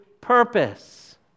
purpose